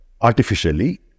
artificially